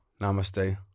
namaste